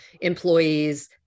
employees